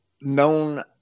known